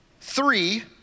three